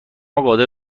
قادر